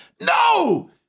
No